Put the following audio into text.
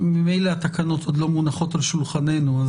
ממילא התקנות עוד לא מונחות על שולחננו,